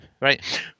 right